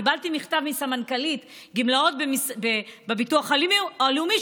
קיבלתי מכתב מסמנכ"לית גמלאות בביטוח הלאומי,